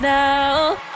now